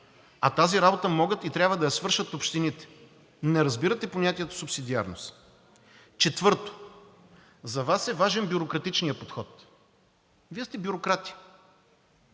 а тази работа трябва да я свършат общините. Не разбирате понятието субсидиарност. Четвърто, за Вас е важен бюрократичният подход. Вие сте бюрократи.